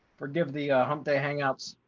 forgive the hump day hangouts